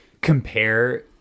compare